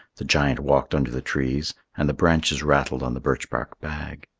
the giant walked under the trees, and the branches rattled on the birch-bark bag.